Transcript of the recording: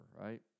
right